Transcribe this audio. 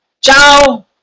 Ciao